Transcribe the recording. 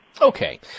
Okay